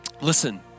Listen